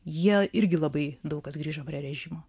jie irgi labai daug kas grįžo prie režimo